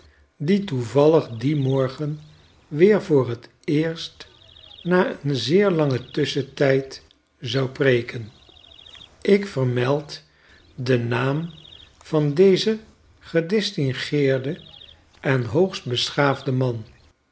die toevallig dien morgen weer voor t eerst na een zeer langen tusschentijd zou preeken ik vermeld den naam van dezen gedistingeerden en hoogst beschaafden man